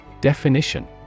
Definition